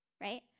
right